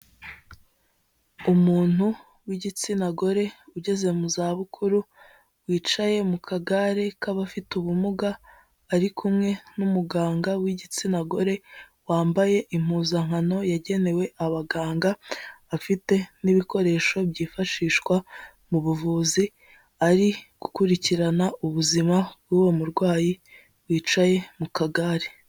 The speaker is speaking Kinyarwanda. Umuntu w'igitsina gore ugeze mu za bukuru wicaye mu kagare k'abafite ubumuga ari kumwe n'umuganga w'igitsina gore wambaye impuzankano yagenewe abaganga afite n'ibikoresho byifashishwa mu buvuzi ari gukurikirana ubuzima bw'uwo murwayi wicaye mu kagare.